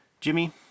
jimmy